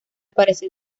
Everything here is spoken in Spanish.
parecer